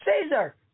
Caesar